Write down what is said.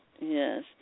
Yes